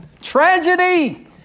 tragedy